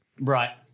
Right